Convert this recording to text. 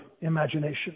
imagination